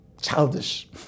childish